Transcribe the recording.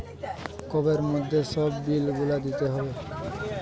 কোবের মধ্যে সব বিল গুলা দিতে হবে